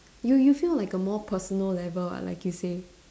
you you feel like a more personal level like you say